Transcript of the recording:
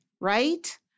right